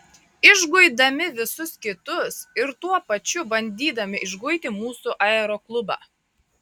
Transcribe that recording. išguidami visus kitus ir tuo pačiu bandydami išguiti mūsų aeroklubą